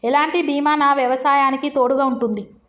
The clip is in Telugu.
ఎలాంటి బీమా నా వ్యవసాయానికి తోడుగా ఉంటుంది?